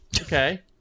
Okay